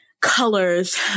colors